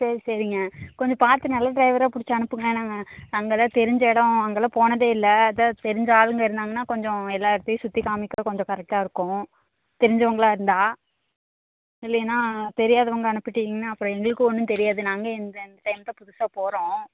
சரி சரிங்க கொஞ்சம் பார்த்து நல்ல டிரைவராக புடிச்சு அனுப்புங்க நாங்கள் அங்கெல்லாம் தெரிஞ்ச இடோம் அங்கெல்லாம் போனதே இல்லை ஏதாவுது தெரிஞ்ச ஆளுங்க இருந்தாங்கன்னால் கொஞ்சம் எல்லா இடத்தியும் சுற்றி காமிக்க கொஞ்சம் கரெக்டாக இருக்கும் தெரிஞ்சவங்களா இருந்தால் இல்லைனா தெரியாதவங்களை அனுப்பிட்டிங்கன்னால் அப்புறம் எங்களுக்கும் ஒன்றும் தெரியாது நாங்களும் இந்த இந்த டைம் தான் புதுசாக போகிறோம்